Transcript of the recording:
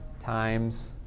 times